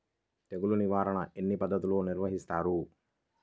తెగులు నిర్వాహణ ఎన్ని పద్ధతుల్లో నిర్వహిస్తారు?